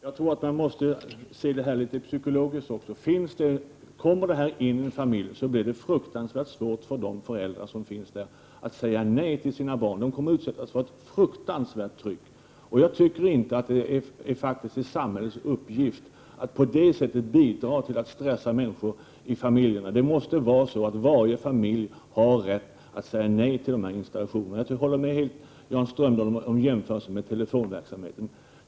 Herr talman! Man måste se detta litet psykologiskt också. Kommer detta utbud in i ett hem blir det mycket svårt för föräldrarna att säga nej till barnen. De kommer att utsättas för ett fruktansvärt tryck. Det är inte samhällets uppgift att på det sättet bidra till att stressa människor i familjerna. Det måste vara så att varje familj har rätt att säga nej till dessa installationer. Jag håller helt med Jan Strömdahl om jämförelsen med telefonverksamheten.